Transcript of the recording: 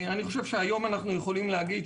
היום אנו יכולים לומר,